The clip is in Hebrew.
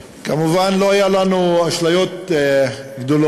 כי כאשר קורבנות של גזענות,